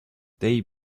they